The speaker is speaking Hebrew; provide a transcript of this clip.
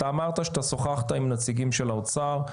אתה אמרת שאתה שוחחת עם נציגים של האוצר.